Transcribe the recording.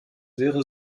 wären